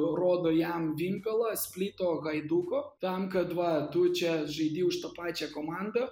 rodo jam vimpelą splito gaiduko tam kad va tu čia žaidi už tą pačią komandą